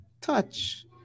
touch